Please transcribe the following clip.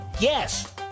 Yes